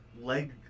Leg